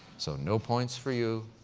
so, no points for you,